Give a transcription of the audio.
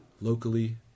locally